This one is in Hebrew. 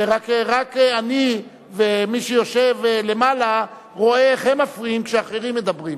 ורק אני ומי שיושב למעלה רואה איך הם מפריעים כשאחרים מדברים.